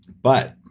but